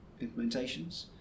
implementations